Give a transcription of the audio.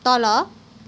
तल